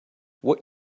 what